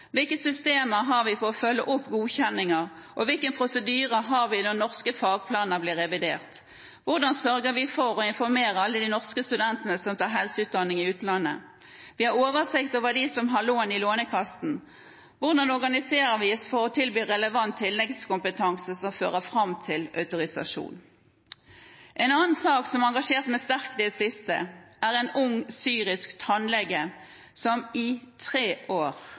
Hvilke systemer har vi for å følge opp godkjenninger, og hvilke prosedyrer har vi når norske fagplaner blir revidert? Hvordan sørger vi for å informere alle de norske studentene som tar helseutdanning i utlandet? Vi har oversikt over dem som har lån i Lånekassen. Hvordan organiserer vi oss for å tilby relevant tilleggskompetanse som fører fram til autorisasjon? En annen sak som har engasjert meg sterkt i det siste, er saken om en ung, syrisk tannlege som i tre år